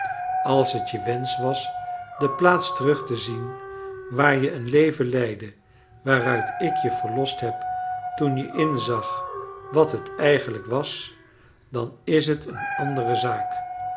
als het je wensch was de plaats terug te zien waar je een leven leidde waaruit ik je verlost heb toen je inzag wat het eigenlijk was dan is t een andere zaak